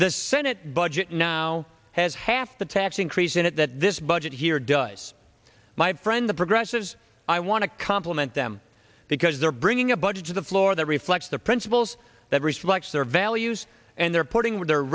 the senate budget now has half the tax increase in it that this budget here does my friend the progressives i want to compliment them because they're bringing a budget to the floor that reflects the principles that reflects their values and they're putting their